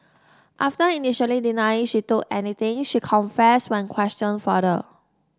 after initially denying she took anything she confessed when questioned further